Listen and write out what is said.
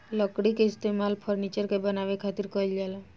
लकड़ी के इस्तेमाल फर्नीचर के बानवे खातिर कईल जाला